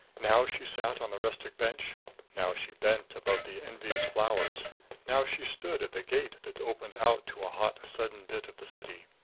now she sat on the rustic bench now she bent above the envious flowers now she stood at the gate that opened out to a hot sudden bit of the city.